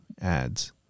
adds